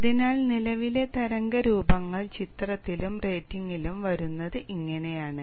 അതിനാൽ നിലവിലെ തരംഗ രൂപങ്ങൾ ചിത്രത്തിലും റേറ്റിംഗിലും വരുന്നത് ഇങ്ങനെയാണ്